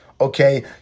Okay